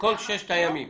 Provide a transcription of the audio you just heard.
בכל ששת הימים.